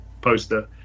poster